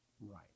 right